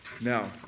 Now